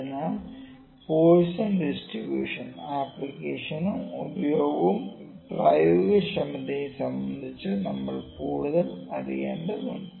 അതിനാൽ Poisson distribution ആപ്ലിക്കേഷനും ഉപയോഗവും പ്രയോഗക്ഷമതയും സംബന്ധിച്ച് നമ്മൾ കൂടുതൽ അറിയേണ്ടതുണ്ട്